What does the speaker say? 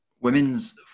Women's